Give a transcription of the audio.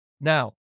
Now